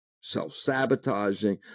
self-sabotaging